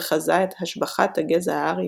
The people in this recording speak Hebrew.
וחזה את "השבחת" הגזע הארי